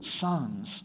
Sons